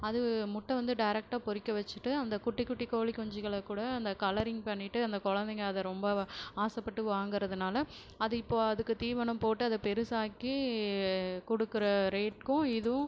அது முட்டை வந்து டைரெக்ட்டா பொரிக்க வச்சிட்டு அந்தக் குட்டிக் குட்டிக் கோழி குஞ்சிகளை கூட அந்த கலரிங் பண்ணிட்டு அந்தக் குழந்தைங்கள் அதை ரொம்ப ஆசைப்பட்டு வாங்கிறதுனால அது இப்போ அதுக்குத் தீவனம் போட்டு அதை பெருசாக்கி கொடுக்கற ரேட்டுக்கும் இதுவும்